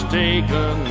taken